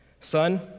son